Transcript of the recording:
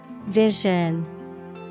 Vision